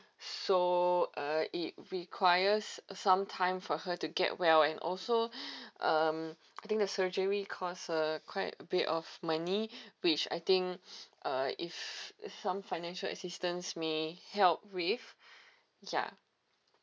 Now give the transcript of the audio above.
so uh it requires some time for her to get well and also um I think the surgery cost uh quite a bit of money which I think uh if if some financial assistance may help with ya